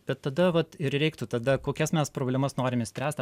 bet tada vat ir reiktų tada kokias mes problemas norim išspręst